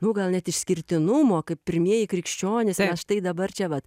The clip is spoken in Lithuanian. nu gal net išskirtinumo kaip pirmieji krikščionys štai dabar čia vat